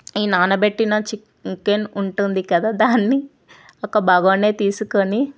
ఈ నానబెట్టిన చికెన్ ఉంటుంది కదా దాన్ని ఒక బగోన్ తీసుకొని